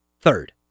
Third